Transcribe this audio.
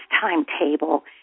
timetable